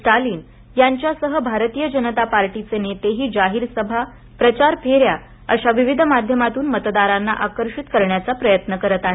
स्टालिन यांच्यासह भारतीय जनता पार्टीचे नेतेही जाहीर सभा प्रचार फेन्या अशा विविध माध्यमातून मतदारांना आकर्षित करण्याचा प्रयत्न करत आहेत